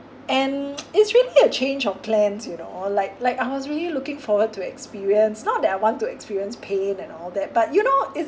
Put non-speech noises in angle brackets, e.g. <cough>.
and <noise> it's really a change of plans you know like like I was really looking forward to experience not that I want to experience pain and all that but you know if